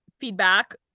feedback